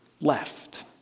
left